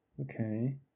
Okay